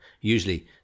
usually